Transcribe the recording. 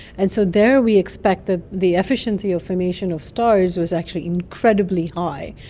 and so there we expected the efficiency of formation of stars was actually incredibly high,